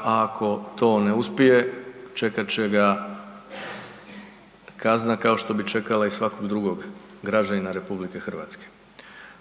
ako to ne uspije čekat će ga kazna kao što bi čekala i svakog drugog građanina RH.